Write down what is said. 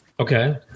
Okay